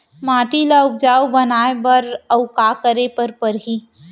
माटी ल उपजाऊ बनाए बर अऊ का करे बर परही?